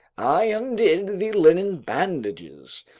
i undid the linen bandages,